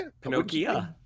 Pinocchio